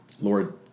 Lord